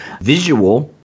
visual